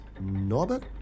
Norbert